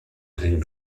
and